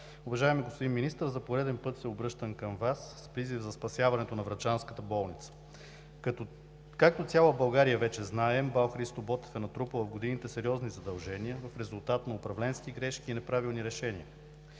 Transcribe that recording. Уважаеми господин Министър, за пореден път се обръщам към Вас с призив за спасяването на врачанската болница. Както цяла България вече знае, МБАЛ „Христо Ботев“ е натрупала в годините сериозни задължения в резултат на управленски грешки и неправилни решения.